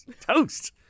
Toast